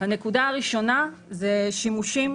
הנקודה הראשונה היא שימושים